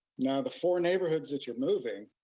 now, the four neighborhoods that you're moving